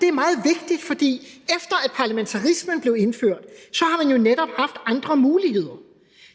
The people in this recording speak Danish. Det er meget vigtigt, fordi efter at parlamentarismen blev indført, har man jo netop haft andre muligheder.